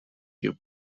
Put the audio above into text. your